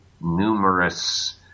numerous